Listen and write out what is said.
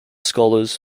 scholars